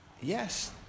yes